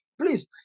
Please